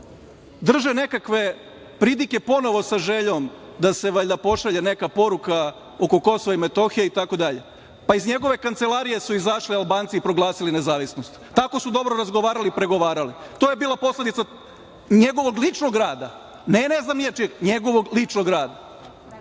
drže nekakve pridike ponovo sa željom da se valjda pošalje neka poruka oko Kosova i Metohije itd., pa iz njegove kancelariju su izašli Albanci i proglasili nezavisnost. Tako su dobro razgovarali i pregovarali, to je bila posledica njegovog ličnog rada. Ne znam čijeg, njegovog ličnog rada.